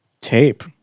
Tape